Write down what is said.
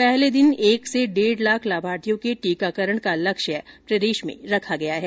पहले दिन एक से डेढ़ लाख लाभार्थियों के टीकाकरण का लक्ष्य रखा गया है